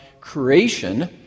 creation